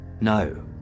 No